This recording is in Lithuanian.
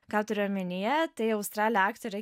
ką turiu omenyje tai australė aktorė